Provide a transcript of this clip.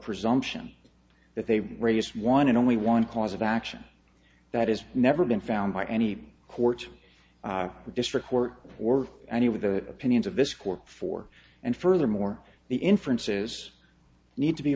presumption that they released one and only one cause of action that is never been found by any court district court or any of the opinions of this court for and furthermore the inference is need to be